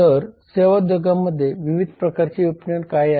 तर सेवा उद्योगांमध्ये विविध प्रकारचे विपणन काय आहेत